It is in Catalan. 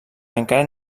encara